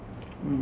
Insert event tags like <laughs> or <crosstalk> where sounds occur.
<laughs>